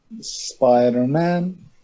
Spider-Man